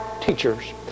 teachers